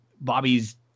Bobby's